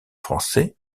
français